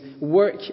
work